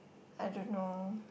I don't know